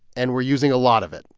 and we're using a lot of it.